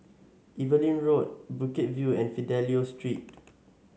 Evelyn Road Bukit View and Fidelio Street